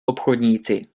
obchodníci